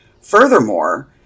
Furthermore